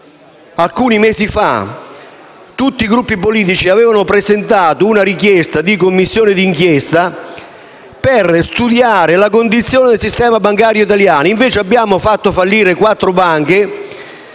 alcuni mesi fa. Tutti i Gruppi politici avevano presentato la richiesta dell'istituzione di una commissione d'inchiesta per studiare la condizione del sistema bancario italiano. Invece abbiamo fatto fallire quattro banche